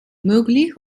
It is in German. möglich